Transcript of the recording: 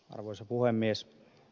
arvoisa puhemies